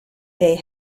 they